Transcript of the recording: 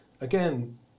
again